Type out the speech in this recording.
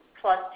plus